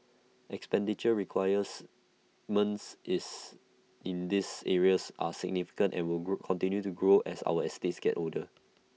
expenditure is in these areas are significant and will grow continue to grow as our estates get older